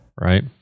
Right